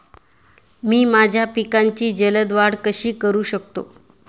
मी माझ्या पिकांची जलद वाढ कशी करू शकतो?